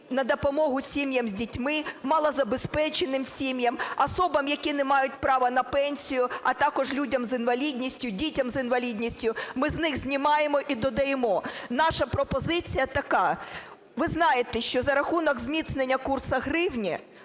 на допомогу сім'ям з дітьми, малозабезпеченим сім'ям, особам, які не мають права на пенсію, а також людям з інвалідністю, дітям з інвалідністю, ми з них знімаємо і додаємо. Наша пропозиція така. Ви знаєте, що за рахунок зміцнення курсу гривні